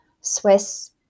Swiss